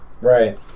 Right